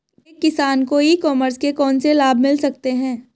एक किसान को ई कॉमर्स के कौनसे लाभ मिल सकते हैं?